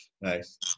Nice